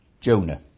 Jonah